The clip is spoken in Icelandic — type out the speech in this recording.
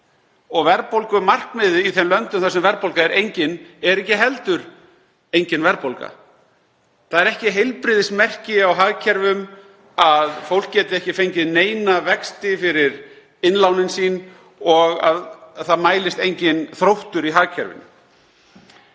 Verðbólgumarkmiðið í þeim löndum þar sem verðbólga er engin er ekki heldur engin verðbólga. Það er ekki heilbrigðismerki á hagkerfum að fólk geti ekki fengið neina vexti fyrir innlán sín og það mælist enginn þróttur í hagkerfinu.